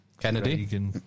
Kennedy